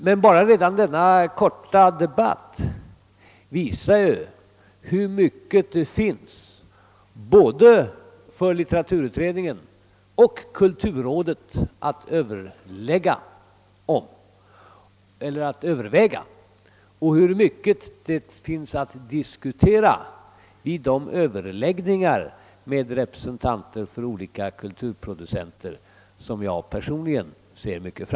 Men bara denna korta debatt visar hur mycket det finns både för litteraturutredningen och kulturrådet att överväga. Personligen ser jag mycket fram mot dessa överläggningar.